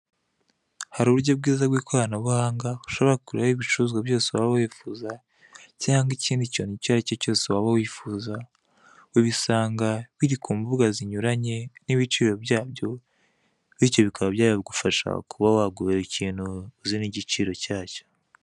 Hari uburyo bwiza bw'ikoranabuhanga, ushobora kuguriraho ibicuruzwa byose waba wifuza, cyangwa ikindi kintu icyo ari cyo cyose waba wifuza, ubisanga biri ku mbuga zinyuranye, n'ibiciro byabyo, bityo bikaba byagufasha kuba wagura ikintu uzi n'igiciro cyacyo.